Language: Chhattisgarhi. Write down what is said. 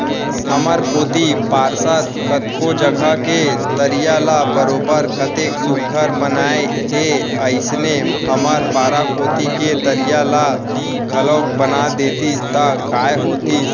हमर कोती पार्षद कतको जघा के तरिया ल बरोबर कतेक सुग्घर बनाए हे अइसने हमर पारा कोती के तरिया ल घलौक बना देतिस त काय होतिस